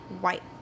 white